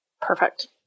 Perfect